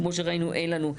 כמו שראינו אין לנו.